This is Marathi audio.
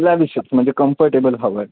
लॅविशच म्हणजे कम्फर्टेबल हवं आहे